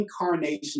incarnation